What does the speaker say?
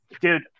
dude